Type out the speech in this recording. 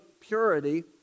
purity